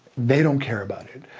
they don't care about it.